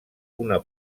una